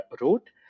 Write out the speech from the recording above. wrote